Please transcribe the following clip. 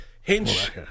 Hinch